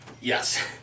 Yes